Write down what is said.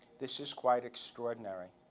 this is quite extraordinary.